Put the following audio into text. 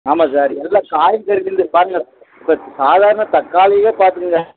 ஆமாம் சார் எல்லா காய்கறியில் இருந்து பாருங்கள் இப்போ சாதாரண தக்காளியே பார்த்துக்குங்க